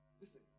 Listen